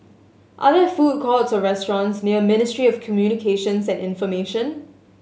are there food courts or restaurants near Ministry of Communications and Information